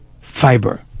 fiber